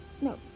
No